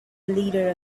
leader